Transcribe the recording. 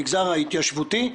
המגזר ההתיישבותי,